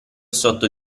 sotto